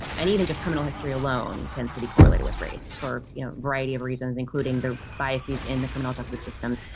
and even just criminal history alone tends to be correlated with race for a you know variety of reasons, including the biases in the criminal justice system.